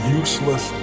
useless